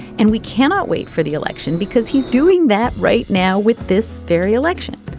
and we cannot wait for the election because he's doing that right now with this very election.